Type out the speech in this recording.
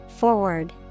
Forward